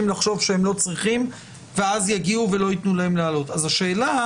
לחשוב שהם לא צריכים ואז יגיעו ולא ייתנו להם לעלות לטיסה.